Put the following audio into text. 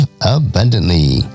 abundantly